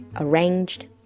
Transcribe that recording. arranged